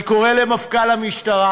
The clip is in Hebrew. אני קורא למפכ"ל המשטרה,